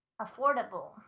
affordable